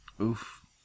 oof